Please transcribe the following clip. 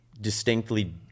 distinctly